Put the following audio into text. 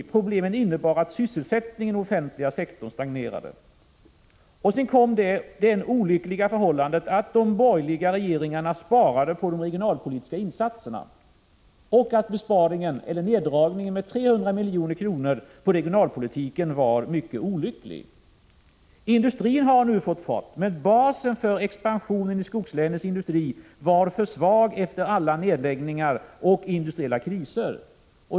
Problemen innebar att sysselsättningen inom den offentliga sektorn stagnerade. Därefter hände det olyckliga att de borgerliga regeringarna gjorde besparingar i fråga om de regionalpolitiska insatserna. Dessutom var neddragningen om 300 milj.kr. på regionalpolitiken mycket olycklig. Industrin har nu fått fart. Men basen för en expansion inom skogslänens industri var för svag efter alla nedläggningar och industriella kriser.